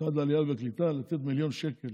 משרד העלייה והקליטה, לתת מיליון שקל